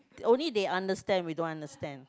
only they understand we don't understand